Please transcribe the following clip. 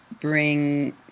bring